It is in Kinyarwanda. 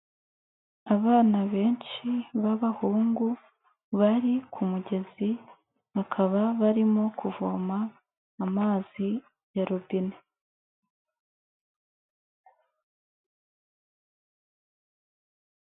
Abana benshi b'abahungu bari ku mugezi, bakaba barimo kuvoma amazi ya robine.